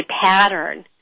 pattern